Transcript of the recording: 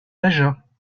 agents